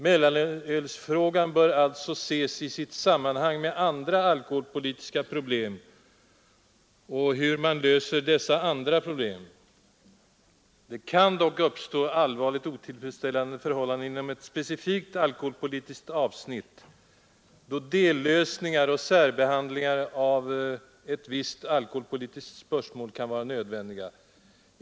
Mellanölsfrågan exempelvis bör därför ses i sitt sammanhang med andra alkoholpolitiska problem och hur de löses. Det kan emellertid uppstå allvarligt otillfredsställande förhållanden inom ett specifikt alkoholpolitiskt avsnitt, då dellösningar och särbehandling av just dessa förhållanden kan vara nödvändiga.